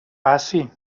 passi